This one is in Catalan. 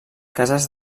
cases